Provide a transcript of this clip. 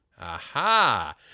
Aha